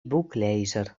boeklezer